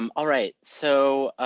um all right. so,